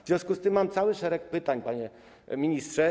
W związku z tym mam cały szereg pytań, panie ministrze.